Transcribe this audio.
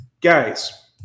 Guys